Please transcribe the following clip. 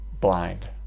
blind